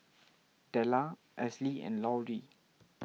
Dellar Esley and Lauri